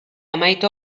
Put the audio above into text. amaitu